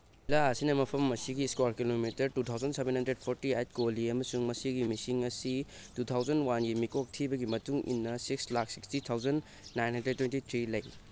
ꯖꯤꯂꯥ ꯑꯁꯤꯅ ꯃꯐꯝ ꯑꯁꯤꯒꯤ square kilometre two thousand seven hundred four eight ꯀꯣꯜꯂꯤ ꯑꯃꯁꯨꯡ ꯃꯁꯒꯤ ꯃꯤꯁꯤꯡ ꯑꯁꯤ ꯇꯨ ꯊꯥꯎꯖꯟ ꯋꯥꯟꯒꯤ ꯃꯤꯀꯣꯛ ꯊꯤꯕꯒꯤ ꯃꯇꯨꯡ ꯏꯟꯅ six lakh sixty thousand nine hundred twenty three ꯂꯩ